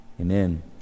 amen